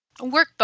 Workbook